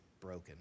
broken